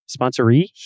sponsoree